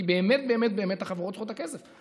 כי באמת באמת החברות צריכות את הכסף.